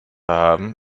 haben